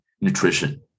nutrition